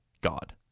God